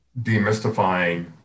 demystifying